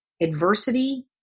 adversity